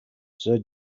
sir